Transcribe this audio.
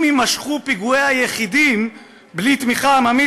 אם יימשכו פיגועי היחידים בלי תמיכה עממית,